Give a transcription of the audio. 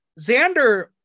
Xander